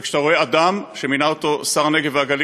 כשאתה רואה אדם שמינה אותו השר לפיתוח הפריפריה,